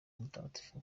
mutagatifu